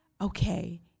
Okay